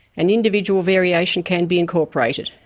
and individual variation can be incorporated.